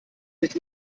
nicht